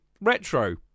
Retro